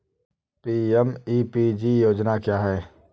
PMEPG योजना क्या है?